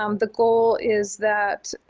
um the goal is that